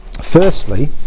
Firstly